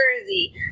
Jersey